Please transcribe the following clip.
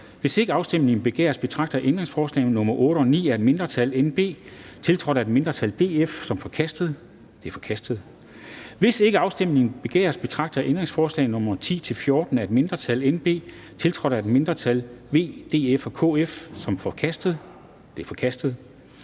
Hvis ikke afstemning begæres, betragter jeg ændringsforslag nr. 8 og 9 af et mindretal (NB), tiltrådt af et mindretal (DF), som forkastet. De er forkastet. Hvis ikke afstemning begæres, betragter jeg ændringsforslag nr. 10-14 af et mindretal (NB), tiltrådt af et mindretal (V, DF og KF), som forkastet. De er forkastet.